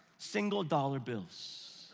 single dollar bills.